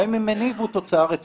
קודם נגיד ברוך הבא לד"ר משה ברקת.